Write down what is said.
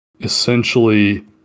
essentially